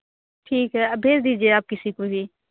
ठीक है भेज दीजिए आप किसी को भी